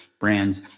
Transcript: brands